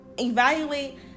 Evaluate